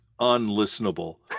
unlistenable